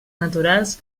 naturals